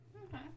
Okay